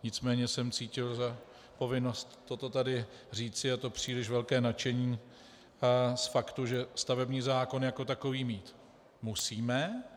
Nicméně jsem cítil povinnost toto tady říci a to příliš velké nadšení z faktu, že stavební zákon jako takový mít musíme...